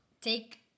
take